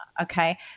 Okay